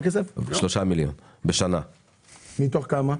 מתוך כמה?